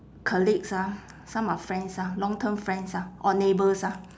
colleagues ah some are friends ah long term friends ah or neighbours ah